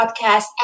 Podcast